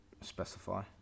Specify